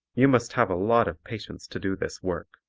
you must have a lot of patience to do this work.